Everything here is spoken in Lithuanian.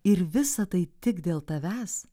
ir visa tai tik dėl tavęs